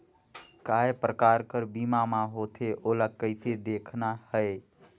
काय प्रकार कर बीमा मा होथे? ओला कइसे देखना है?